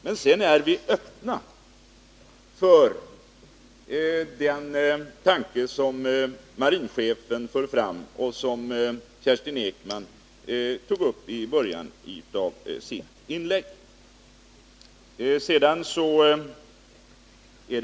Men vi är också öppna för den tanke som marinchefen har framfört och som Kerstin Ekman tog upp i början av sitt anförande. Så till folkförsörjningen.